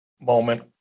moment